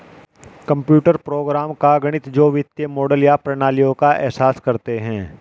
computer program का गणित जो वित्तीय मॉडल या प्रणालियों का एहसास करते हैं